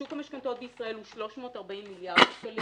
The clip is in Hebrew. שוק המשכנתאות בישראל הוא 340 מיליארד שקלים.